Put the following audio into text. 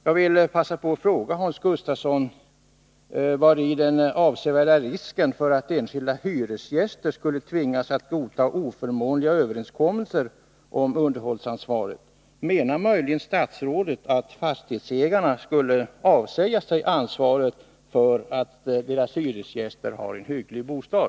Jag vill passa på att fråga Hans Gustafsson vari den avsevärda risken för att enskilda hyresgäster skulle tvingas att godta oförmånliga överenskommelser om underhållsansvaret ligger. Menar möjligen statsrådet att fastighetsägarna skulle avsäga sig ansvaret för att deras hyresgäster får en hygglig bostad?